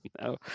No